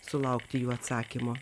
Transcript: sulaukti jų atsakymo